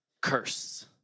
curse